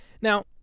Now